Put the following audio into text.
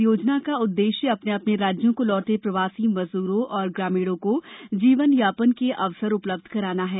इस योजना का उद्देश्य अपने अपने राज्यों को लौटे प्रवासी मजदूरों और ग्रामीणों को जीवन यापन के अवसर उपलब्ध कराना है